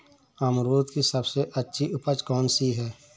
अमरूद की सबसे अच्छी उपज कौन सी है?